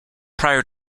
prior